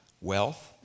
wealth